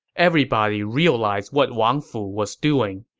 everybody realized what wang fu was doing.